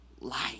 light